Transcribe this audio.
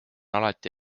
alati